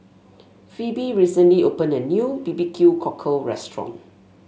Phebe recently opened a new B B Q Cockle restaurant